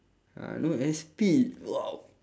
uh no S_P !wow!